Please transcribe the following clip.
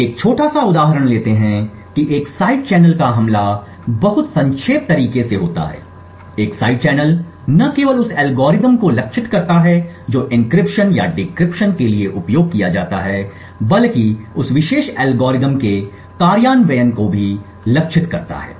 तो एक छोटा सा उदाहरण लेते हैं कि एक साइड चैनल का हमला बहुत संक्षेप तरीके से होता है एक साइड चैनल न केवल उस एल्गोरिथम को लक्षित करता है जो एन्क्रिप्शन या डिक्रिप्शन के लिए उपयोग किया जाता है बल्कि उस विशेष एल्गोरिथ्म के कार्यान्वयन को भी लक्षित करता है